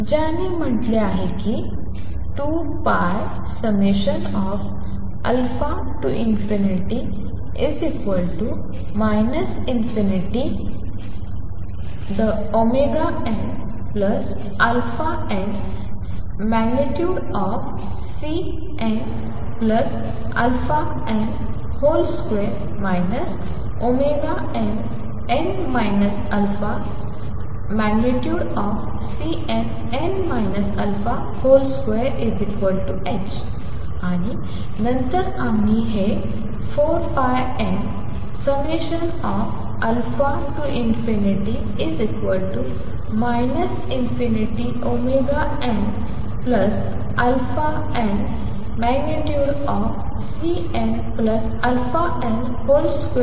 ज्याने म्हटले की 2πα ∞nαn।Cnαn ।2 nn α।Cnn α ।2h आणि नंतर आम्ही हे 4πmα ∞nαn।Cnαn ।2h